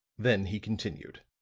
then he continued.